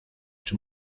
czy